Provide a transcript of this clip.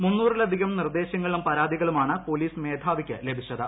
മുന്നൂറിലധികം നിർദ്ദേ ശങ്ങളും പരാതികളുമാണ് പോലീസ് മേധാവിക്ക് ലഭിച്ചത്